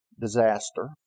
disaster